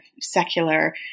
secular